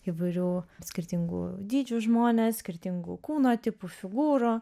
įvairių skirtingų dydžių žmones skirtingų kūno tipų figūrų